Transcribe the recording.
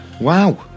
Wow